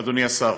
אדוני השר,